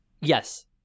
Yes